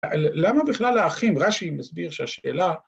‫למה בכלל האחים, ‫רש"י מסביר שהשאלה...